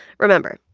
remember,